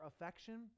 affection